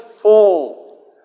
fall